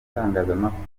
itangazamakuru